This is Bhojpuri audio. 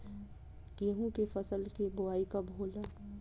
गेहूं के फसल के बोआई कब होला?